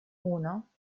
uno